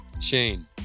Shane